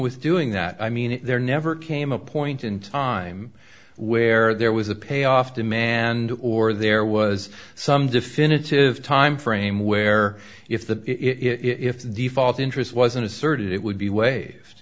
with doing that i mean there never came a point in time where there was a pay off demand or there was some definitive time frame where if the if default interest wasn't asserted it would be wa